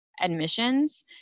admissions